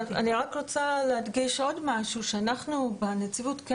אני רק רוצה להדגיש שאנחנו בנציבות כן